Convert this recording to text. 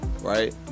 right